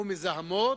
או מזהמות?